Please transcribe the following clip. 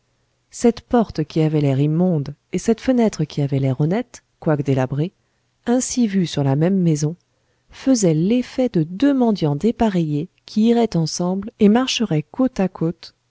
cette porte qui avait l'air immonde et cette fenêtre qui avait l'air honnête quoique délabrée ainsi vues sur la même maison faisaient l'effet de deux mendiants dépareillés qui iraient ensemble et marcheraient côte à côte